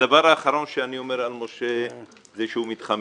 הדבר האחרון שאני אומר על משה זה שהוא מתחמק.